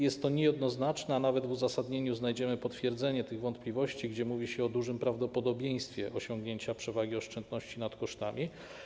Jest to niejednoznaczne, a nawet w uzasadnieniu znajdziemy potwierdzenie tych wątpliwości, gdzie mówi się o dużym prawdopodobieństwie osiągnięcia przewagi oszczędności nad kosztami.